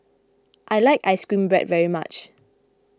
I like Ice Cream Bread very much